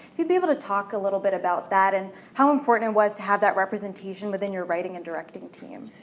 you be able to talk a little bit about that and how important it was to have that representation within your writing and directing team?